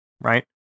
right